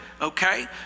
Okay